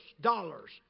dollars